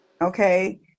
okay